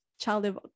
childhood